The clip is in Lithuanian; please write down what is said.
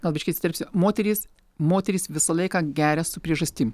gal biškį įsiterpsiu moterys moterys visą laiką geria su priežastim